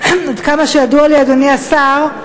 עד כמה שידוע לי, אדוני השר,